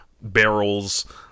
barrels